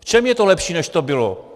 V čem je to lepší, než to bylo?